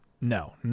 No